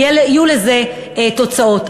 יהיו לזה תוצאות.